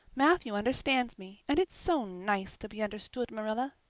matthew understands me, and it's so nice to be understood, marilla.